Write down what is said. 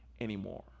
anymore